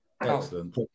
excellent